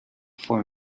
for